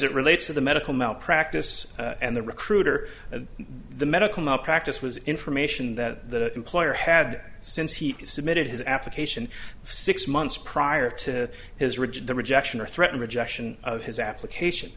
it relates to the medical malpractise and the recruiter and the medical malpractise was information that the employer had since he submitted his application six months prior to his rigid the rejection or threatened rejection of his application